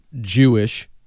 Jewish